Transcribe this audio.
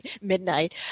midnight